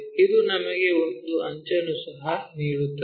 ಇದು ನಮಗೆ ಒಂದು ಅಂಚನ್ನು ಸಹ ನೀಡುತ್ತದೆ